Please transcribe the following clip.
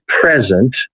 present